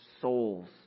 souls